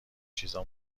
چیزا